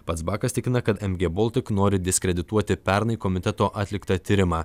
pats bakas tikina kad mg baltic nori diskredituoti pernai komiteto atliktą tyrimą